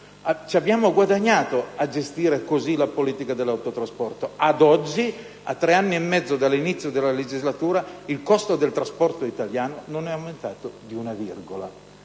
abbiamo guadagnato a gestire in questo modo la politica dell'autotrasporto. Ad oggi, a tre anni e mezzo dall'inizio della legislatura, il costo del trasporto italiano non è aumentato di una virgola.